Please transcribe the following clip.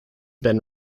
been